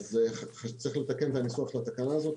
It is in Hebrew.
אז צריך לתקן את הניסוח של התקנה הזאת,